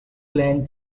clan